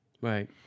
Right